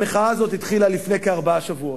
המחאה הזאת התחילה לפני כארבעה שבועות.